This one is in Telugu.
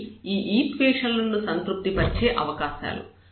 ఇవి ఈ ఈక్వేషన్ లను సంతృప్తి పరిచే అవకాశాలు